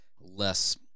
less